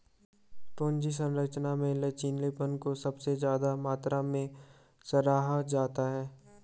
पूंजी संरचना में लचीलेपन को सबसे ज्यादा मात्रा में सराहा जाता है